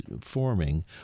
forming